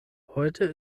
heute